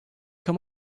come